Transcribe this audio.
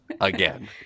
again